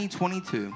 2022